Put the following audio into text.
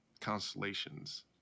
constellations